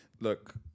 look